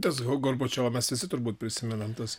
tasgorbačiovą mes visi turbūt prisimenam tas